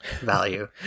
value